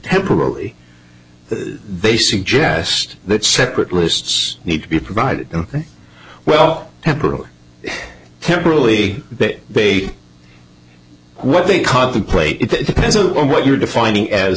temporarily they suggest that separate lists need to be provided well temporal temporally it baby what they contemplate it depends on what you're defining as